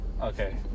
okay